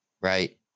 right